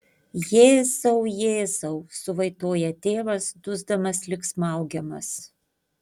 jėzau jėzau suvaitoja tėvas dusdamas lyg smaugiamas